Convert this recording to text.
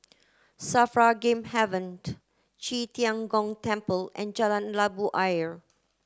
SAFRA Game Haven Qi Tian Gong Temple and Jalan Labu Ayer